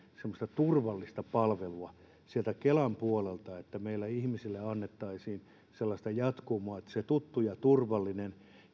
semmoista turvallista palvelua kelan puolelta että meillä ihmisille annettaisiin sellaista jatkumoa että se tuttu ja turvallinen